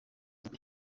libre